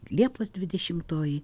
liepos dvidešimtoji